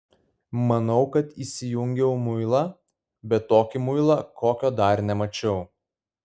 manau kad įsijungiau muilą bet tokį muilą kokio dar nemačiau